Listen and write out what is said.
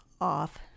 off